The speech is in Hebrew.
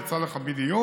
יצא לך בדיוק.